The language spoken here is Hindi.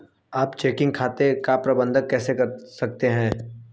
आप चेकिंग खाते का प्रबंधन कैसे करते हैं?